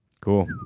Cool